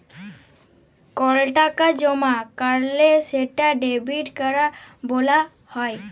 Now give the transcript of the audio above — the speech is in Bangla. কল টাকা জমা ক্যরলে সেটা ডেবিট ক্যরা ব্যলা হ্যয়